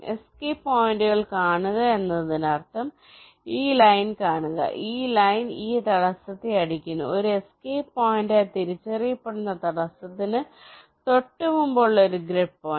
escape പോയിന്റുകൾ കാണുക എന്നതിനർത്ഥം ഈ ലൈൻ കാണുക ഈ ലൈൻ ഈ തടസ്സത്തെ അടിക്കുന്നു ഒരു എസ്കേപ്പ് പോയിന്റായി തിരിച്ചറിയപ്പെടുന്ന തടസ്സത്തിന് തൊട്ടുമുമ്പുള്ള ഒരു ഗ്രിഡ് പോയിന്റ്